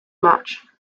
match